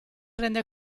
rende